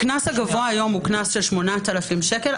הקנס הגבוה היום הוא קנס של 8,000 שקל,